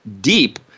deep